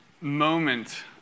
moment